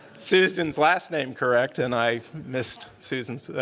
susan's last name correct. and i missed susan's ah,